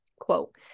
quote